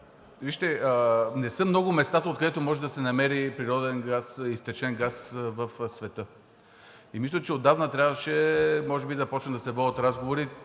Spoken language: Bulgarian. не са много местата, откъдето може да се намери природен и втечнен газ в света. И мисля, че отдавна трябваше да започнат да се водят разговори,